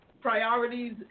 priorities